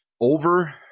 Over